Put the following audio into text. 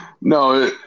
no